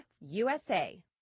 USA